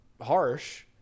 harsh